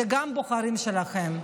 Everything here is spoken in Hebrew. אלה גם בוחרים שלכם.